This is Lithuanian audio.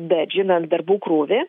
bet žinant darbų krūvį